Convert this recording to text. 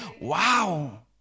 wow